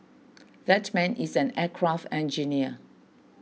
that man is an aircraft engineer